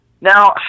Now